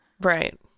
Right